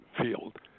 field